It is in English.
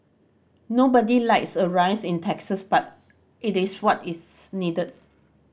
nobody likes a rise in taxes but it is what is needed